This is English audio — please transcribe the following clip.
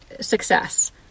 success